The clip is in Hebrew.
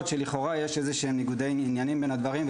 שלכאורה יש ניגודי עניינים בין הדברים.